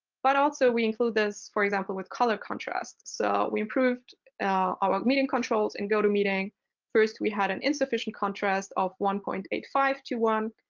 but also we include this, for example, with color contrast. so we improved our meeting controls in gotomeeting. first we had an insufficient contrast of one point eight five to one,